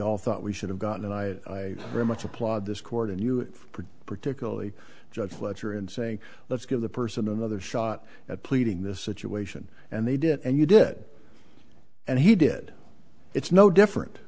all thought we should have gotten and i very much applaud this court and you particularly judge fletcher and say let's give the person another shot at pleading this situation and they did and you did and he did it's no different